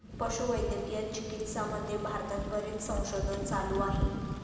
पशुवैद्यकीय चिकित्सामध्ये भारतात बरेच संशोधन चालू आहे